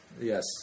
yes